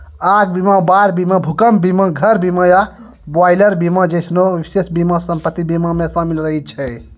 आग बीमा, बाढ़ बीमा, भूकंप बीमा, घर बीमा या बॉयलर बीमा जैसनो विशेष बीमा सम्पति बीमा मे शामिल रहै छै